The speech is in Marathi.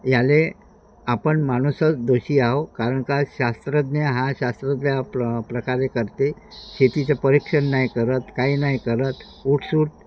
याला आपण माणूसच दोषी आहो कारण का शास्त्रज्ञ हा शास्त्रज्ञा प्र प्रकारे करते शेतीचं परीक्षण नाही करत काही नाही करत उठसूट